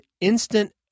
instant